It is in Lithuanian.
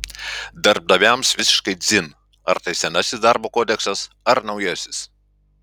darbdaviams visiškai dzin ar tai senasis darbo kodeksas ar naujasis